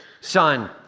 son